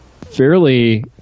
fairly